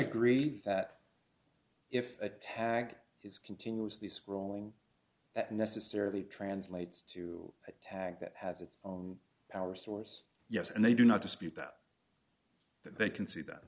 agree that if a tag is continuously scrolling that necessarily translates to a tag that has its own power source yes and they do not dispute that they can see that